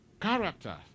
Character